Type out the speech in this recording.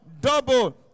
double